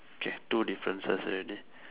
okay two differences already